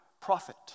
profit